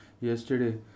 yesterday